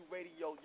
Radio